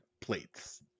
plates